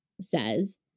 says